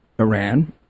Iran